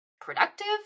productive